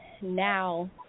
now